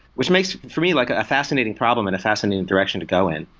which makes, for me, like ah a fascinating problem and a fascinating direction to go in.